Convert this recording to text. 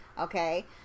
Okay